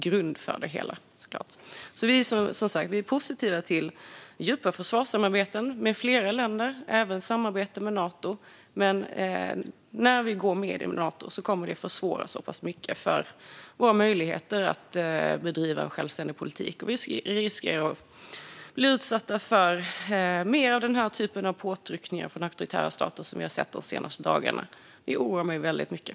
Miljöpartiet är positivt till djupa försvarssamarbeten med flera länder och även samarbete med Nato, men när Sverige går med i Nato kommer det att försvåra så pass mycket för våra möjligheter att bedriva en självständig politik. Sverige riskerar att bli utsatt för mer av den typen av påtryckningar från auktoritära stater som vi har sett de senaste dagarna. Det oroar mig mycket.